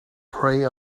prey